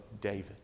David